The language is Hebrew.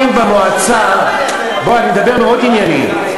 מה קורה אם במועצה, אני מדבר מאוד ענייני.